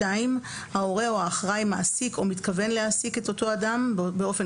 ההורה או האחראי מעסיק או מתכוון להעסיק את אותו אדם באופן